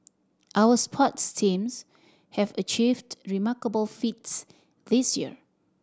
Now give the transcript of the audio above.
our sports teams have achieved remarkable feats this year